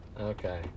Okay